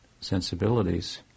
sensibilities